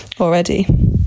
already